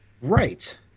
Right